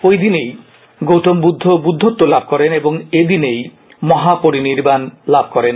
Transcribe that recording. এদিনেই গৌতম বুদ্ধ বুদ্ধত্ব লাভ করেন ও এইদিনেই মহাপরিনির্বান লাভ করেন